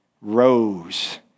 rose